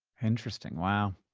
interesting, wow.